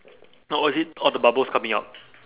oh is it all the bubbles coming out